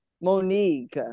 Monique